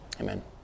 Amen